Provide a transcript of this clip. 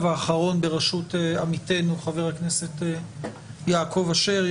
האחרון בראשות עמיתנו חבר הכנסת יעקב אשר,